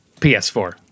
PS4